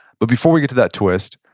but before we get to that twist,